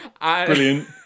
brilliant